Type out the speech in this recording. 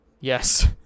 Yes